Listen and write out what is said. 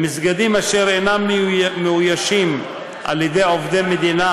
במסגדים אשר אינם מאוישים על ידי עובדי מדינה